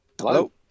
hello